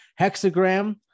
hexagram